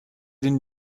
den